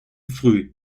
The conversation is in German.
früh